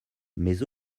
mais